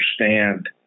understand